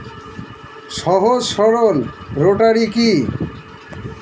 সহজ সরল রোটারি কি?